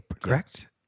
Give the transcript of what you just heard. correct